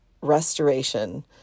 restoration